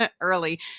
early